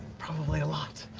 probably a lot.